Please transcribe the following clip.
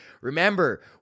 remember